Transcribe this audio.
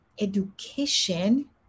education